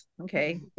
Okay